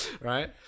right